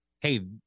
hey